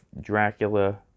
Dracula